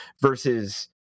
versus